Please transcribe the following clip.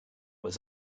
was